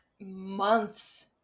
months